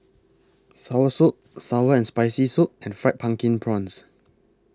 Soursop Sour and Spicy Soup and Fried Pumpkin Prawns